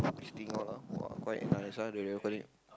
this thing all ah !wah! quite a nice ah they reopen it